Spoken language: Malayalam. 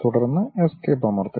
തുടർന്ന് എസ്കേപ്പ് അമർത്തുക